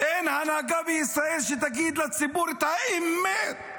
אין הנהגה בישראל שתגיד לציבור את האמת,